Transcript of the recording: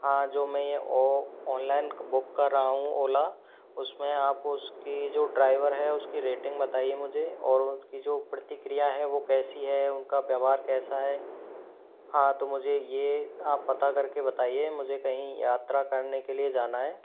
हाँ जो मैं ये ऑनलाइन बुक कर रहा हूँ ओला उसमें आप उसकी जो ड्राइवर है उसकी रेटिंग बताइए मुझे और उसकी जो प्रतिक्रिया है वो कैसी है उनका व्यवहार कैसा है हाँ तो मुझे आप ये आप पता करके बताइए मुझे कहीं यात्रा करने के लिए जाना है